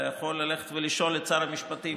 אתה יכול ללכת ולשאול את שר המשפטים,